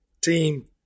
Team